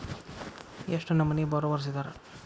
ಎಷ್ಟ್ ನಮನಿ ಬಾರೊವರ್ಸಿದಾರ?